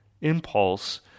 impulse